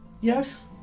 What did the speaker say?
Yes